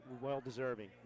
well-deserving